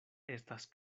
estas